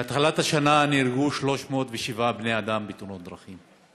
מהתחלת השנה נהרגו 307 בני אדם בתאונות דרכים,